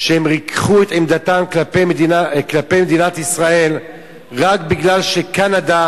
שריככו את עמדתן כלפי מדינת ישראל רק כי קנדה